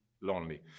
lonely